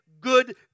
good